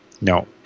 no